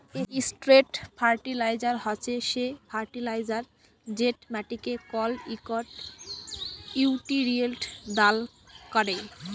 straight fertilizer হছে সে fertilizer যেট মাটিকে কল ইকট লিউটিরিয়েল্ট দাল ক্যরে